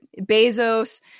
bezos